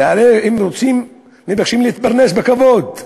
והרי הם רוצים, מבקשים להתפרנס בכבוד.